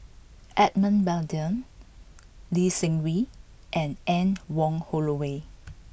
Edmund Blundell Lee Seng Wee and Anne Wong Holloway